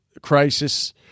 crisis